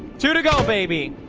to to go, baby